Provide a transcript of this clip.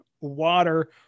water